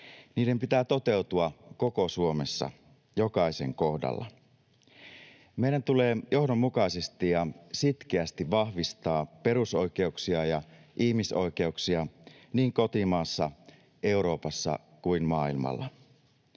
Niiden pitää toteutua koko Suomessa, jokaisen kohdalla. Meidän tulee johdonmukaisesti ja sitkeästi vahvistaa perusoikeuksia ja ihmisoikeuksia niin kotimaassa, Euroopassa kuin maailmalla.